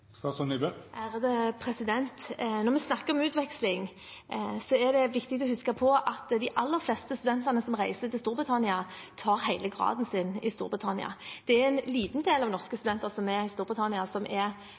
viktig å huske at de aller fleste studentene som reiser til Storbritannia, tar hele graden sin i Storbritannia. Det er en liten del av norske studenter i Storbritannia som er